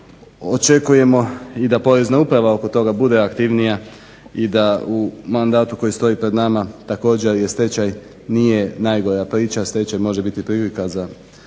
Očekujemo i da Porezna uprava oko toga bude aktivnija i da u mandatu koji stoji pred nama također stečaj nije najgora priča, stečaj može biti prilika za